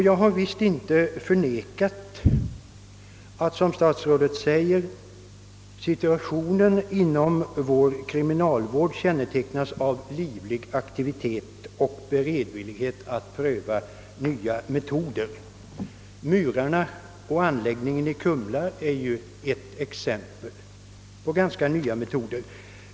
Jag har visst inte förnekat att såsom statsrådet säger »sitiutionen inom vår kriminalvård kännetecknas av livlig aktivitet och beredvillighet att pröva nya metoder». Murarna och anläggningen i Kumla är ju ett exempel på ganska nya metoder.